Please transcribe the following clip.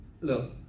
Look